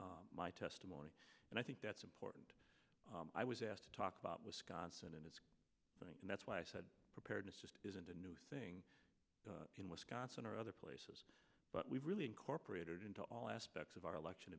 and my testimony and i think that's important i was asked to talk about wisconsin and i think that's why i said preparedness just isn't a new thing in wisconsin or other places but we've really incorporated into all aspects of our election